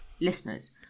listeners